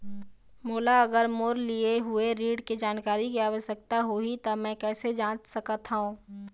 मोला अगर मोर लिए हुए ऋण के जानकारी के आवश्यकता होगी त मैं कैसे जांच सकत हव?